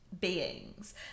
Beings